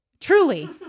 Truly